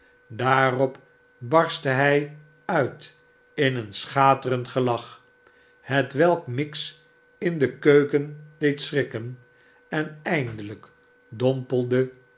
daarop barstte hij uit in een schaterend gelach hetwelk miggs in de keuken deed schrikken en eindelijk dompelde